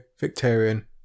Victorian